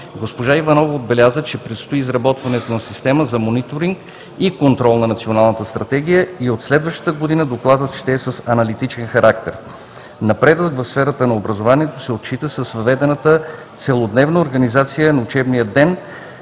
Госпожа Иванова отбеляза, че предстои изработване на система за мониторинг и контрол на Националната стратегия и от следващата година докладът ще е с аналитичен характер. Напредък в сферата на образованието се отчита с: въведената целодневна организация на учебния ден